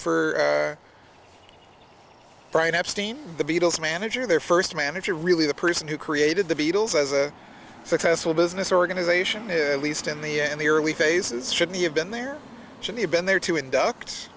for for brian epstein the beatles manager their first manager really the person who created the beatles as a successful business organization here at least in the end the early phases shouldn't have been there should have been there to induc